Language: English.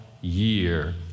year